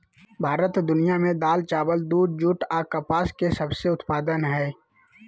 भारत दुनिया में दाल, चावल, दूध, जूट आ कपास के सबसे उत्पादन हइ